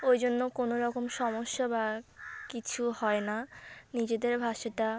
ওই জন্য কোনো রকম সমস্যা বা কিছু হয় না নিজেদের ভাষাটা